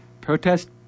Protest